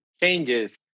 changes